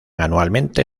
anualmente